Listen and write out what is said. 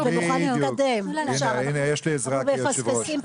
נגיע לשיעור מיצוי נמוך יותר,